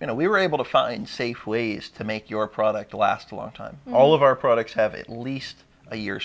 you know we were able to find safe ways to make your product to last a long time all of our products have at least a year